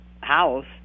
house